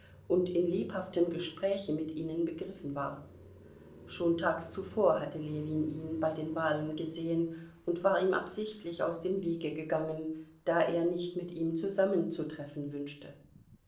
und in lebhaftem gespräche mit ihnen begriffen war schon tags zuvor hatte ljewin ihn bei den wahlen gesehen und war ihm absichtlich aus dem wege gegangen da er nicht mit ihm zusammenzutreffen wünschte